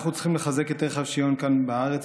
אנחנו צריכים לחזק את ערך השוויון כאן בארץ,